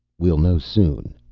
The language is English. we'll know soon,